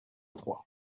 trois